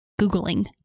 googling